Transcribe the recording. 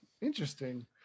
interesting